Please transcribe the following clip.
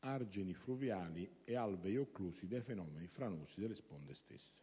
argini fluviali e alvei occlusi dai fenomeni franosi delle sponde stesse.